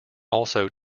also